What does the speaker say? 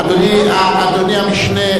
אדוני המשנה,